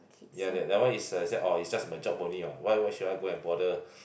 ya that that one is uh say is just my job only what why why should I go and bother